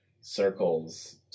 circles